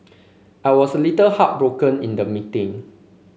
I was a little heartbroken in the meeting